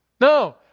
No